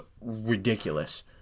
ridiculous